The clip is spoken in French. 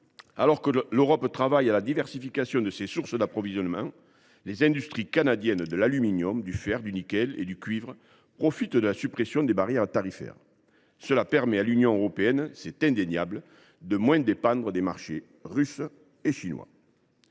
Alors que l’Europe travaille à la diversification de ses sources d’approvisionnement, les industries canadiennes de l’aluminium, du fer, du nickel et du cuivre profitent de la suppression des barrières tarifaires. Il est indéniable que cela permet à l’Union européenne de moins dépendre des marchés russe et chinois.